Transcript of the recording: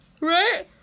Right